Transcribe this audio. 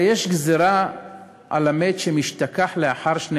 אתם גזלנים בארץ